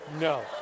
No